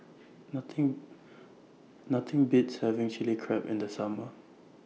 Nothing Nothing Beats having Chilli Crab in The Summer